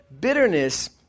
Bitterness